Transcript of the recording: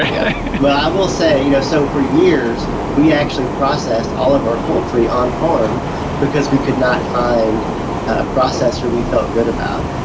ah yeah well i will say you know so for years we actually processed all of our poultry on farm because we could not find a processor we felt good about.